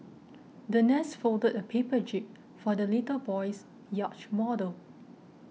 the nurse folded a paper jib for the little boy's yacht model